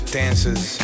dancers